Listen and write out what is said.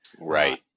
Right